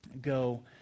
go